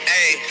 Hey